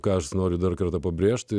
ką aš noriu dar kartą pabrėžti